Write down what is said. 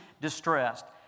distressed